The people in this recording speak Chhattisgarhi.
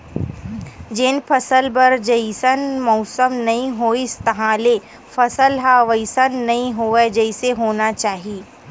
जेन फसल बर जइसन मउसम नइ होइस तहाँले फसल ह वइसन नइ होवय जइसे होना चाही